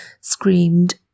screamed